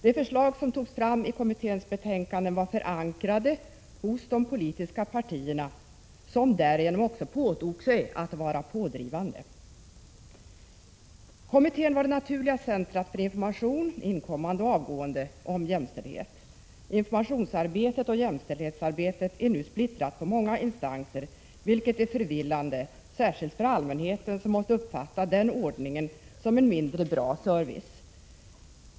De förslag som togs fram i kommitténs betänkanden var förankrade hos de politiska partierna, som därigenom också påtog sig att vara pådrivande. Kommittén var det naturliga centrumet för information, inkommande och avgående, om jämställdhet. Informationsarbetet och jämställdhetsarbetet är nu splittrat på många instanser, vilket är förvillande särskilt för allmänheten, som måste uppfatta den ordningen som en mindre bra service.